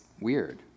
weird